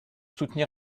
soutenir